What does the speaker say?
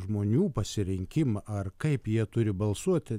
žmonių pasirinkimą ar kaip jie turi balsuoti